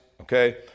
okay